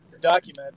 document